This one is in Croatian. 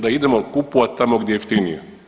Da idemo kupovati tamo gdje je jeftinije.